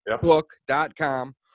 book.com